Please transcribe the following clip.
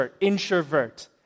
introvert